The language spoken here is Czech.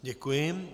Děkuji.